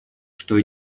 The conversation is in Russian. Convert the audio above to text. что